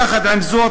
יחד עם זאת,